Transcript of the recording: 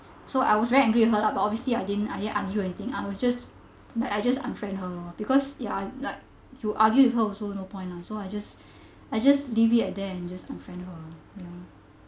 so I was very angry with her lah but obviously I didn't arg~ argue anything I was just like I just unfriended her lor because you are like you argue with her also no point lah so I just I just leave it at there and just unfriended her